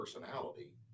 personality